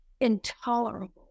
intolerable